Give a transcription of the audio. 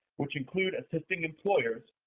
which include assisting employers,